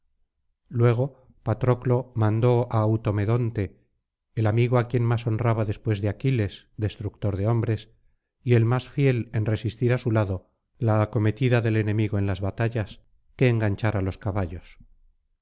luego patroclo mandó á automedonte el amigo á quien más honraba después de aquiles destructor de hombres y el más fiel en resistir á su lado la acometida del enemigo en las batallas que enganchara los caballos